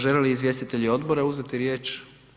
Žele li izvjestitelji odbora uzeti riječi?